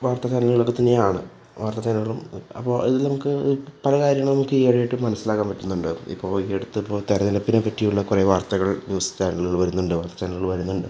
വാർത്താ ചാനലുകളൊക്കെ തന്നെയാണ് വാർത്താ ചാനലുകളും അപ്പോൾ ഇത് നമുക്ക് പല കാര്യങ്ങളും ക്ലിയറായിട്ട് മനസ്സിലാക്കാൻ പറ്റുന്നുണ്ട് ഇപ്പോൾ ഈ അടുത്ത് ഇപ്പം തിരഞ്ഞെടുപ്പിനെ പറ്റിയുള്ള കുറേ വാർത്തകൾ ന്യൂസ് ചാനലുകളിൽ വരുന്നുണ്ട് ചാനലുകളിൽ വരുന്നുണ്ട്